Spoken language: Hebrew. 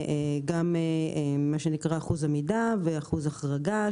גם אחוז עמידה ואחוז החרגה,